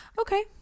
okay